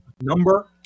number